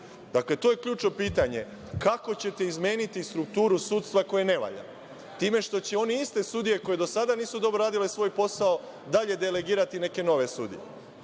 Dakle, to je ključno pitanje. Kako ćete izmeniti strukturu sudstva koje ne valja? Time što će oni iste sudije koji do sada nisu dobro radili svoj posao, dalje delegirati neke nove sudije.